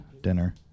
dinner